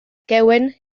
gewyn